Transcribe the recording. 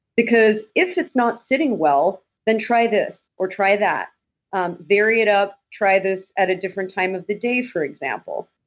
because if it's not sitting well, then try this, or try that vary it up. try this at a different time of the day, for example.